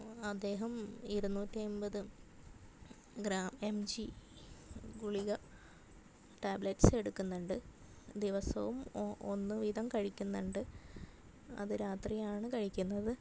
അദ്ദേഹം ഇരുന്നൂറ്റി അൻപത് ഗ്രാ എം ജി ഗുളിക ടാബ്ലെറ്റ്സ് എടുക്കുന്നുണ്ട് ദിവസവും ഒ ഒന്ന് വീതം കഴിക്കുന്നുണ്ട് അത് രാത്രിയാണ് കഴിക്കുന്നത്